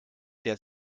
der